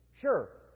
Sure